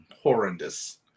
horrendous